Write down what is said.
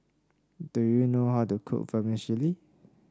do you know how to cook Vermicelli